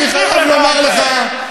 אני חייב לומר לך,